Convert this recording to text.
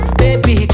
baby